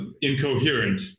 incoherent